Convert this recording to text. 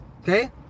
okay